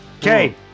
Okay